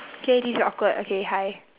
okay this is awkward okay hi